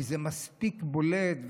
כי זה מספיק בולט,